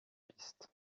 pistes